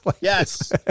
Yes